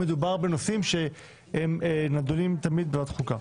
מדובר בנושאים שתמיד נדונים בוועדת החוקה.